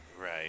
Right